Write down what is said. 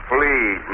Please